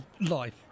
life